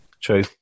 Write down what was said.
True